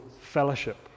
fellowship